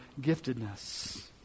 giftedness